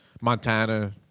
Montana